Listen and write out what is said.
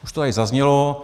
Už to tady zaznělo.